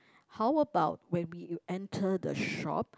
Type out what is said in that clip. how about when we enter the shop